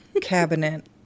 cabinet